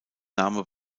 name